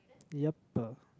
yup